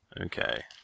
Okay